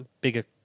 bigger